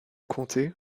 comté